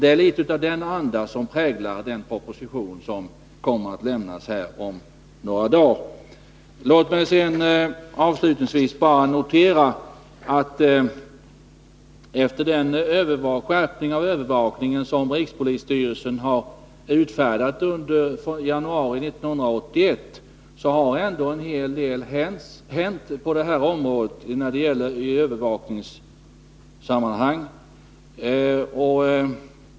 Det är litet av den andan som präglar den proposition som kommer att lämnas om några dagar. Låt mig avslutningsvis bara notera att det efter den skärpning av övervakningen som rikspolisstyrelsen under januari 1981 har utfärdat bestämmelser om ändå hänt en hel del på detta område i övervakningssammanhang.